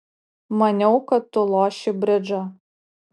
maniau kad tu loši bridžą